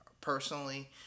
personally